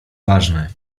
ważne